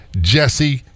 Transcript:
Jesse